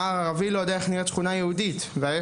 גם נער ערבי לא יודע איך נראית שכונה יהודית וההפך.